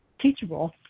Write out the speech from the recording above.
teachable